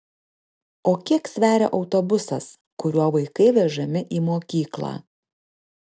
o kiek sveria autobusas kuriuo vaikai vežami į mokyklą